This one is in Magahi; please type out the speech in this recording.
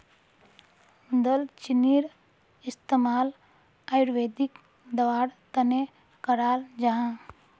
दालचीनीर इस्तेमाल आयुर्वेदिक दवार तने कराल जाहा